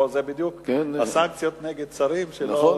או זה בדיוק הסנקציות נגד שרים שלא,